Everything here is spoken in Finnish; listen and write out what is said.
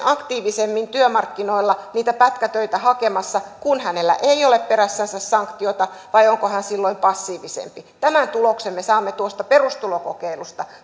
aktiivisemmin työmarkkinoilla niitä pätkätöitä hakemassa kun hänellä ei ole perässänsä sanktiota vai onko hän silloin passiivisempi tämän tuloksen me saamme tuosta perustulokokeilusta